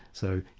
so